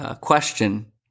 question